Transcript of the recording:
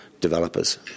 developers